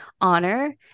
honor